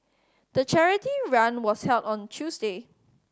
the charity run was held on Tuesday